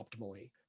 optimally